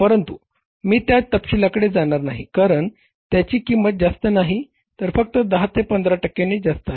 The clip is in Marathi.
परंतु मी त्या तपशीलाकडे जाणार नाही कारण त्याची किंमत जास्त नाही तर फक्त 10 ते 15 टक्क्यांनी जास्त आहे